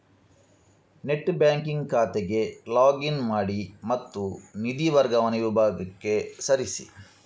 net banking ಖಾತೆಗೆ log in ಮಾಡಿ ಮತ್ತು ನಿಧಿ ವರ್ಗಾವಣೆ ವಿಭಾಗಕ್ಕೆ ಸರಿಸಿ